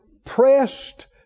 pressed